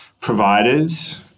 providers